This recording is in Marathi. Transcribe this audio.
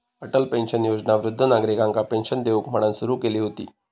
अटल पेंशन योजना वृद्ध नागरिकांका पेंशन देऊक म्हणान सुरू केली हुती